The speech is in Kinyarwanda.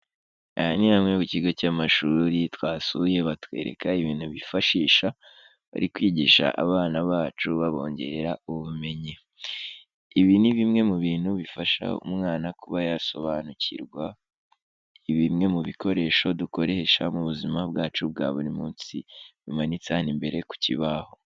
Aha ni hamwe mu kigo cy'amashuri twasuye batwereka ibintu bifashisha bari kwigisha abana bacu babongerera ubumenyi. Ibi ni bimwe mu bintu bifasha umwana kuba yasobanukirwa bimwe mu bikoresho dukoresha mu buzima bwacu bwa buri munsi bimanitse hano imbere ku kibaho.